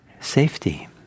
safety